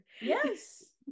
Yes